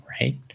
right